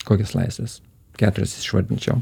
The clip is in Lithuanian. kokias laisves keturias išvardinčiau